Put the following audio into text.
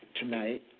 tonight